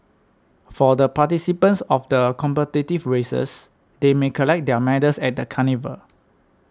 for the participants of the competitive races they may collect their medals at the carnival